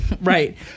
Right